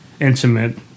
Intimate